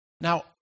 Now